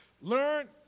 Learn